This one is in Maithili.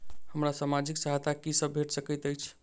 हमरा सामाजिक सहायता की सब भेट सकैत अछि?